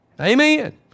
amen